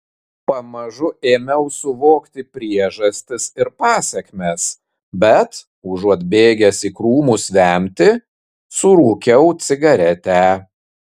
pamažu ėmiau suvokti priežastis ir pasekmes bet užuot bėgęs į krūmus vemti surūkiau cigaretę